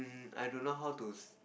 I don't know how to s~